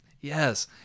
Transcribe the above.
Yes